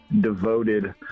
devoted